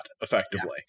effectively